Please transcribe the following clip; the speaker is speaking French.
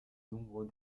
nombre